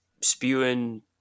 spewing